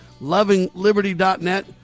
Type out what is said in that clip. LovingLiberty.net